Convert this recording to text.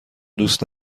دوست